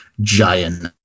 giant